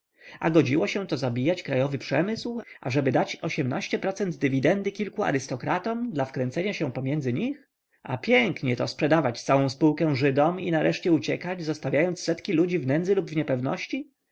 a godziło się to zabijać krajowy przemysł ażeby dać dywidendy kilku arystokratom dla wkręcenia się pomiędzy nich a pięknieto sprzedawać całą spółkę żydom i nareszcie uciekać zostawiając setki ludzi w nędzy lub w niepewności